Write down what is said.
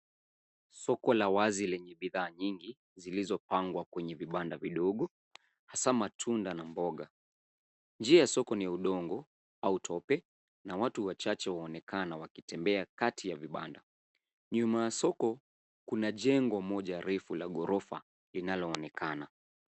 Soko la wazi lenye bidhaa nyingi zilizopangwa kwenye vibanda vidogo, hasa matunda na mboga. Njia ya soko ni ya udongo au tope, na watu wachache waonekana wakitembea kati ya vibanda. Nyuma ya soko kuna jengo moja refu la ghorofa linaloonekana.